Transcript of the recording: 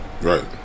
Right